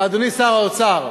האוצר,